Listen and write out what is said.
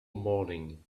morning